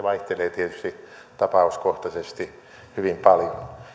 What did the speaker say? vaihtelee tietysti tapauskohtaisesti hyvin paljon